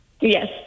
Yes